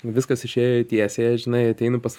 viskas išėjo į tiesiąją žinai ateinu pas